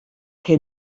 que